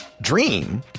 dream